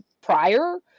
prior